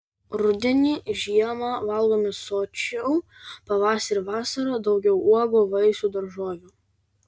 rudenį žiemą valgome sočiau pavasarį vasarą daugiau uogų vaisių daržovių